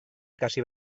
ikasi